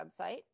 website